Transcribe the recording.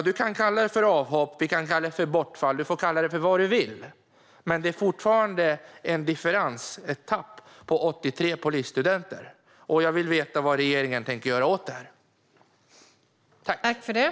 Du kan kalla det avhopp. Du kan kalla det bortfall. Du får kalla det vad du vill, statsrådet. Men det är fortfarande en differens, ett tapp, på 83 polisstudenter. Jag vill veta vad regeringen tänker göra åt detta.